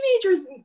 teenagers